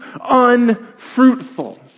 unfruitful